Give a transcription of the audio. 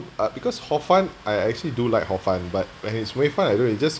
uh because hor fun I I actually do like hor fun but when it's mei fun I don't eat just